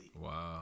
wow